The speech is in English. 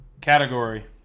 category